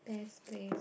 best place